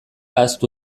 ahaztu